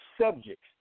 subjects